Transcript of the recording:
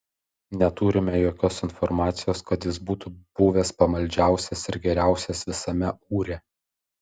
neturime jokios informacijos kad jis būtų buvęs pamaldžiausias ir geriausias visame ūre